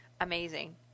amazing